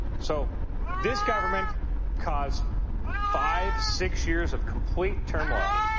so this government caused five, six years of complete turmoil.